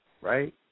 right